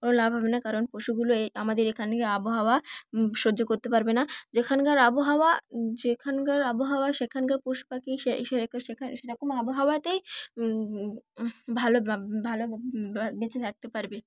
কোনো লাভ হবে না কারণ পশুগুলো আমাদের এখানের আবহাওয়া সহ্য করতে পারবে না যেখানকার আবহাওয়া যেখানকার আবহাওয়া সেখানকার পশু পাখি সে সেখানে সেরকম আবহাওয়াতেই ভালো ভালো বেঁচে থাকতে পারবে